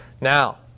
now